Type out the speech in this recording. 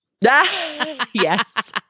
Yes